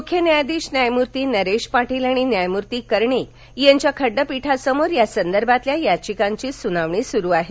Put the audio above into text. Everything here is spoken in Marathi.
मुख्य न्यायाधीश न्यायमूर्ती नरेश पाटील आणि न्यायमूर्ती कर्णिक यांच्या खंडपीठासमोर या संदर्भातल्या याचिकांची सुनावणी सुरू आहे